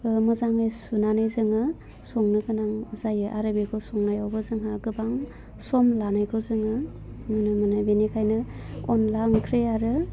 मोजाङै सुनानै जोङो संनो गोनां जायो आरो बेखौ संनायावबो जोंहा गोबां सम लानायखौ जोङो नुनो मोनो बेनिखायनो अनला ओंख्रि आरो